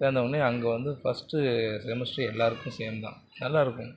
சேர்ந்தோனே அங்கே வந்து first semester எல்லாருக்குமே சேம் தான் நல்லாயிருக்கும்